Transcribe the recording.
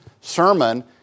sermon